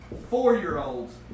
four-year-olds